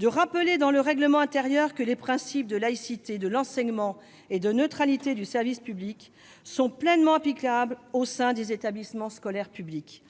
de rappeler dans le règlement intérieur que les principes de laïcité de l'enseignement et de neutralité du service public sont pleinement applicables au sein des établissements scolaires publics.